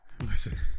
Listen